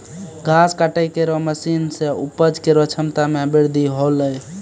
घास काटै केरो मसीन सें उपज केरो क्षमता में बृद्धि हौलै